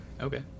Okay